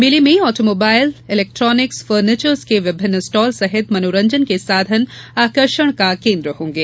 मेले में automobile electronic furnitures के विभिन्न स्टाल सहित मनोरंजन के साथन आकर्षक का केन्द्र होंगे